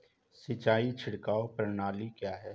सिंचाई छिड़काव प्रणाली क्या है?